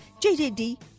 JJD